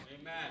Amen